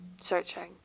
searching